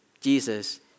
Jesus